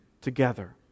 together